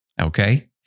okay